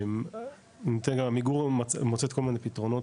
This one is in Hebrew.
גם עמיגור מוצאת כל מיני פתרונות,